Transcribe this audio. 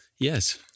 Yes